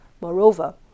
Moreover